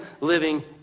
living